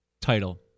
title